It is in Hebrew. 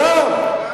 גם.